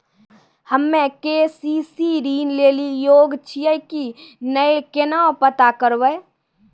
हम्मे के.सी.सी ऋण लेली योग्य छियै की नैय केना पता करबै?